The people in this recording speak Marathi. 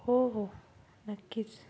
हो हो नक्कीच